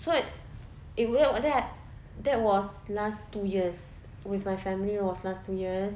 so it were was that that was last two years with my family was last two years